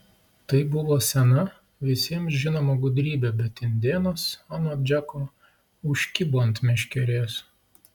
tai buvo sena visiems žinoma gudrybė bet indėnas anot džeko užkibo ant meškerės